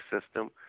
system